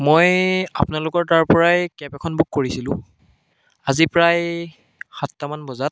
মই আপোনালোকৰ তাৰপৰাই কেব এখন বুক কৰিছিলোঁ আজি প্ৰায় সাতটামান বজাত